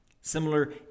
Similar